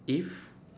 if